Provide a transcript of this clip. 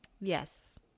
Yes